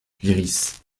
lyrisse